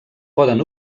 poden